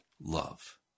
love